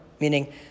meaning